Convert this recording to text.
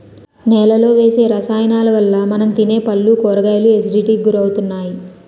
నేలలో వేసే రసాయనాలవల్ల మనం తినే పళ్ళు, కూరగాయలు ఎసిడిటీకి గురవుతున్నాయి